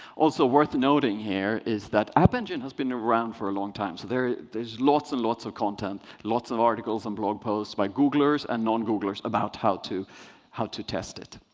also worth noting here is that app engine has been around for a long time. so there there is lots and lots of content, lots of articles and blog posts by googlers and non-googlers about how to how to test it.